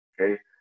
okay